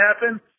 happen